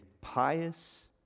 pious